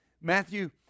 Matthew